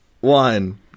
one